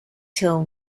till